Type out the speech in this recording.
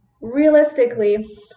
realistically